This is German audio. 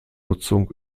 nutzung